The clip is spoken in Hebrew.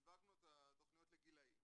סיווגנו את התוכניות לגילאים,